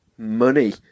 money